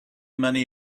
money